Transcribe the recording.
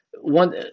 one